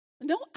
No